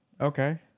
Okay